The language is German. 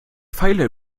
pfeile